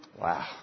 Wow